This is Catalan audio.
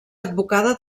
advocada